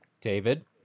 David